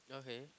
okay